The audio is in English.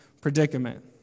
predicament